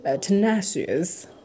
tenacious